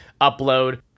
upload